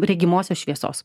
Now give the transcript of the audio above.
regimosios šviesos